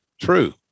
True